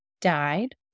died